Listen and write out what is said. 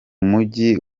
mujyi